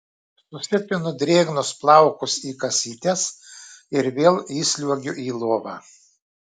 susipinu drėgnus plaukus į kasytes ir vėl įsliuogiu į lovą